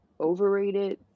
overrated